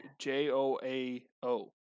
J-O-A-O